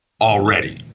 already